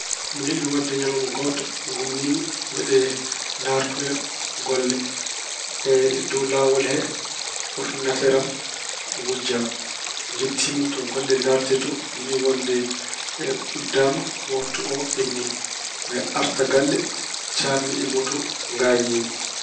Meeɗiino waɗde ñalawma gooto ngummiimi mbeɗe ndaartoya fuu golle. E dow laawol he, ordinateer am wujja. Njettiimi to golle ndaartetee to, ɓe wiy wonde uddaama. Waktu oo ɓenni. Mbeɗe arta galle caammi e moto, ngaaƴiimi.